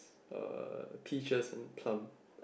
uh peaches and plum